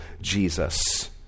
Jesus